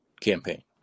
campaign